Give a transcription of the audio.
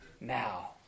Now